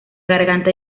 garganta